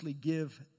give